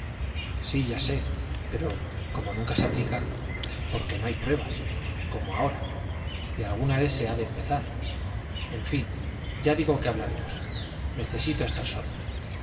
sí ya sé pero como nunca se aplica porque no hay pruebas como ahora y alguna vez se ha de empezar en fin ya digo que hablaremos necesito estar solo